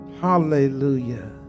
Hallelujah